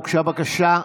הוגשה בקשה.